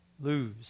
lose